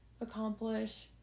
accomplish